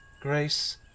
grace